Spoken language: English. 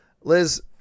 Liz